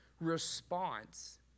response